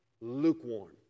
Lukewarm